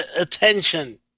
attention